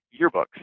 yearbooks